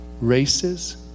races